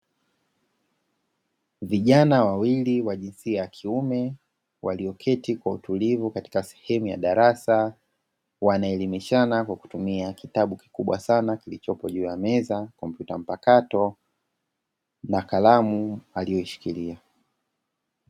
Vijana wawili wa jinsia ya kiume walioketi kwa utulivu katika sehemu ya darasa, wanaelimishana kwa kutumia kitabu kikubwa sana kilichopo juu ya meza, komputa mpakato na kalamu aliyoishikilia.